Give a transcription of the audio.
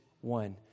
one